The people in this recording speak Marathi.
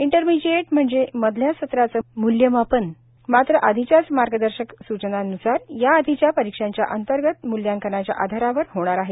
इंटरमिजिएट म्हणजे मधल्या सत्राचं मूल्यांकन मात्र आधीच्याच मार्गदर्शक स्चनांन्सार याआधीच्या परीक्षांच्या अंतर्गत म्ल्यांकनाच्या आधारावर होणार आहे